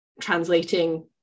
translating